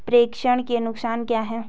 प्रेषण के नुकसान क्या हैं?